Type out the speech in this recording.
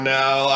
now